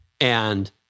And-